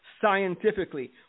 scientifically